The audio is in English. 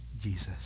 Jesus